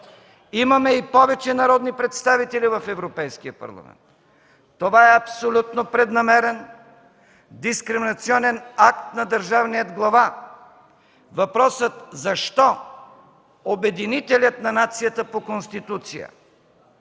Имаме и повече народни представители в Европейския парламент. Това е абсолютно преднамерен, дискриминационен акт на държавния глава. Въпросът защо обединителят на нацията по Конституция